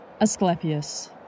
Asclepius